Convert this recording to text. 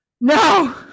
No